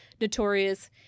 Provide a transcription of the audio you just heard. notorious